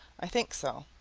i think so.